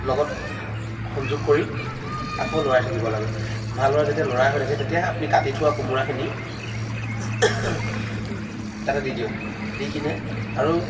লগত সংযোগ কৰি আকৌ লৰাই থাকিব লাগে ভালদৰে যেতিয়া লৰাই হয়গৈ তেতিয়াহে আপুনি কাটি থোৱা কোমোৰাখিনি তাতে দি দিয়ক দিকিনে আৰু